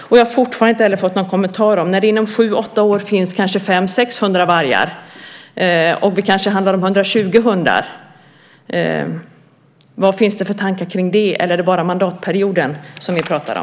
Och jag har fortfarande inte heller fått någon kommentar om detta att det inom sju åtta år finns kanske 500-600 vargar och att det kanske handlar om 120 hundar. Vad finns det för tankar kring det, eller är det bara mandatperioden som vi pratar om?